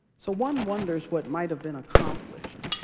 so one wonders what might have been accomplished